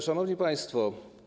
Szanowni Państwo!